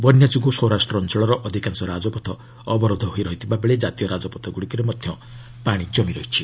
ବନ୍ୟା ଯୋଗୁଁ ସୌରାଷ୍ଟ୍ର ଅଞ୍ଚଳର ଅଧିକାଂଶ ରାଜପଥ ଅବରୋଧ ହୋଇ ରହିଥିବାବେଳେ କାତୀୟ ରାଜପଥଗୁଡ଼ିକରେ ମଧ୍ୟ ପାଣି ଜମି ରହିଛି